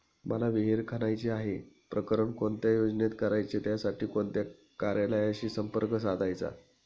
मला विहिर खणायची आहे, प्रकरण कोणत्या योजनेत करायचे त्यासाठी कोणत्या कार्यालयाशी संपर्क साधायचा?